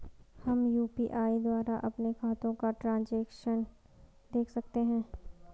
हम यु.पी.आई द्वारा अपने खातों का ट्रैन्ज़ैक्शन देख सकते हैं?